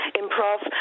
improv